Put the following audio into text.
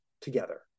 together